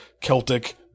Celtic